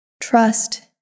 Trust